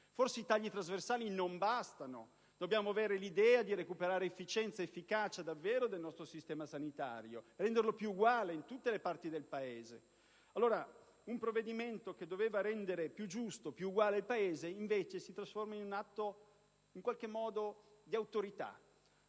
Forse i tagli trasversali non bastano. Dobbiamo avere l'idea di recuperare efficienza ed efficacia nel nostro sistema sanitario, renderlo più uguale in tutte le parti del Paese. Allora un provvedimento che doveva rendere più giusto, più uguale il Paese si trasforma invece in un atto di autorità,